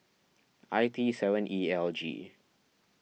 I T seven E L G